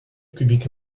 kubieke